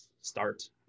start